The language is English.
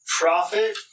profit